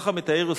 ככה מתאר יוספוס,